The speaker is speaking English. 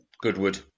Goodwood